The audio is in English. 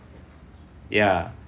ya